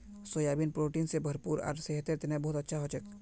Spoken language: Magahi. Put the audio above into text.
सोयाबीन प्रोटीन स भरपूर आर सेहतेर तने बहुत अच्छा हछेक